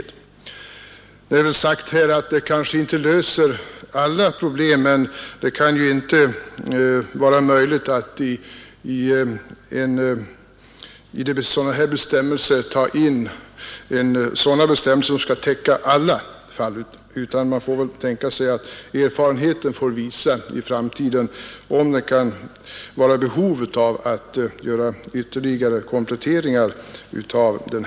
Det har sagts här att utskottets förslag kanske inte löser alla problem, men det kan inte vara möjligt att utforma bestämmelser av det här slaget så att de täcker alla fall. Man får väl i stället tänka sig att erfarenheten visar om det finns behov av att i framtiden göra kompletteringar av lagen.